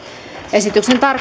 esityksen